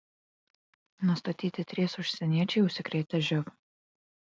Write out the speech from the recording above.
nustatyti trys užsieniečiai užsikrėtę živ